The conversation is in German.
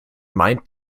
meint